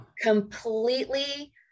completely